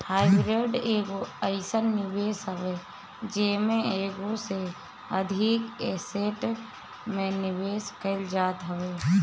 hybrid एगो अइसन निवेश हवे जेमे एगो से अधिक एसेट में निवेश कईल जात हवे